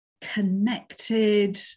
connected